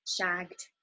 shagged